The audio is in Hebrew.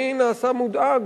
אני נעשה מודאג